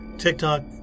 TikTok